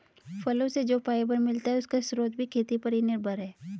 फलो से जो फाइबर मिलता है, उसका स्रोत भी खेती पर ही निर्भर है